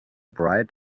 bright